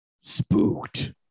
Spooked